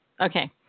Okay